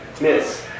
miss